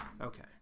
Okay